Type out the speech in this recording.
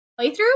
playthrough